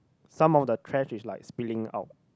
some of the trash is like spilling out